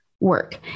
work